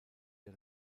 der